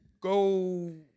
go